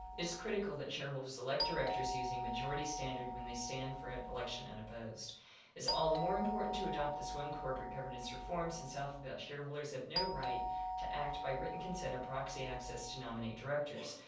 it's critical that shareholders elect directors using majority standard when they stand for an election unopposed. it is all the more important to adopt this one corporate governance reform since alphabet shareholders have no right to act by written consent or proxy access to nominate directors.